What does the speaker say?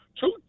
Two